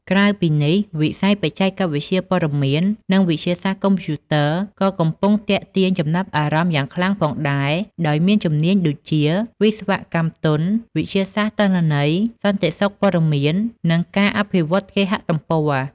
ក្រៅពីនេះ វិស័យ បច្ចេកវិទ្យាព័ត៌មាន និងវិទ្យាសាស្ត្រកុំព្យូទ័រ ក៏កំពុងទាក់ទាញចំណាប់អារម្មណ៍យ៉ាងខ្លាំងផងដែរ ដោយមានជំនាញដូចជា វិស្វកម្មទន់ វិទ្យាសាស្ត្រទិន្នន័យ សន្តិសុខព័ត៌មាន និងការអភិវឌ្ឍគេហទំព័រ។